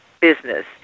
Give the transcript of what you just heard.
business